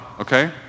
okay